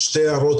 שתי הערות,